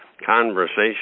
conversation